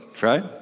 right